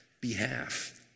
behalf